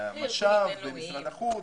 מש"ב במשרד החוץ,